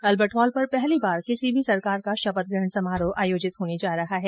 Albert Hall पर पहली बार किसी सरकार का शपथ ग्रहण समारोह आयोजित होने जा रहा है